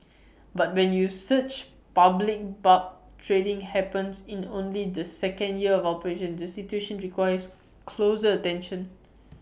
but when you such public barb trading happens in only the second year of operations the situation requires closer attention